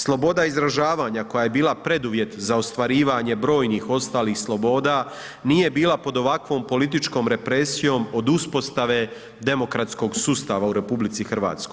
Sloboda izražavanja koje je bila preduvjet za ostvarivanje brojnih ostalih sloboda nije bila pod ovakvom političkom represijom od uspostave demokratskog sustava u RH.